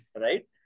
Right